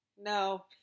No